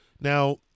Now